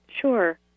Sure